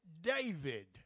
David